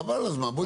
חבל על הזמן.